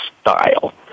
style